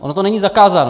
Ono to není zakázané.